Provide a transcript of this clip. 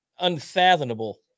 Unfathomable